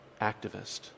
activist